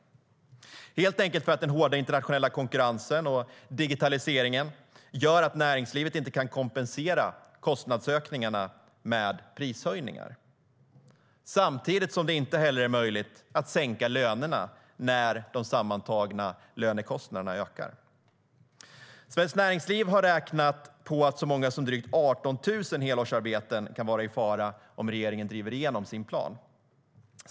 Det beror helt enkelt på att näringslivet, på grund av den hårda internationella konkurrensen och digitaliseringen, inte kan kompensera kostnadsökningarna med prishöjningar. Samtidigt är det inte heller möjligt att sänka lönerna när de sammantagna lönekostnaderna ökar. Svenskt Näringsliv har räknat på att så många som drygt 18 000 helårsarbeten kan vara i fara om regeringen driver igenom sin plan.